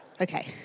Okay